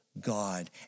God